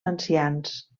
ancians